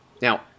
Now